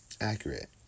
accurate